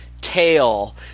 tail